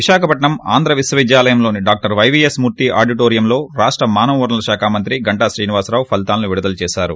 విశాఖపట్సం ఆంధ్ర విశ్వవిద్యాలయం లోని doctor Y V S Murthy ఆడిటోరియంలో రాష్ట మానవ వనరుల శాఖ మంత్రి గంటా శ్రీనివాసరావు పలీతాలను విడుదల చేశారు